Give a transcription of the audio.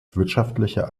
wirtschaftlicher